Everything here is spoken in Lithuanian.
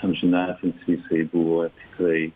amžinatilsį jisai buvo tai